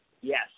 Yes